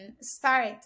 start